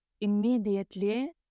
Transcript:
immediately